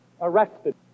arrested